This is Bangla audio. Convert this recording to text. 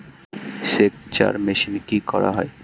সেকচার মেশিন কি করা হয়?